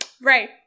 Right